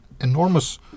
enormous